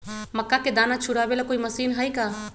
मक्का के दाना छुराबे ला कोई मशीन हई का?